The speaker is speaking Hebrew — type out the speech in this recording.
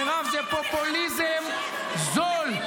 מירב, זה פופוליזם זול.